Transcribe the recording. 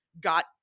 got